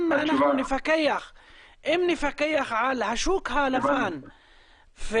אם נפקח על השוק הלבן,